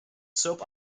soap